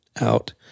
out